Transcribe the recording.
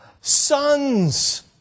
sons